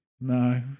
No